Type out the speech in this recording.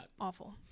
awful